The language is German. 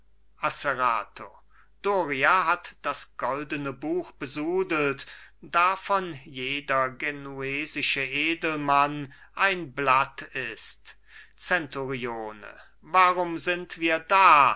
asserato doria hat das goldene buch besudelt davon jeder genuesische edelmann ein blatt ist zenturione darum sind wir da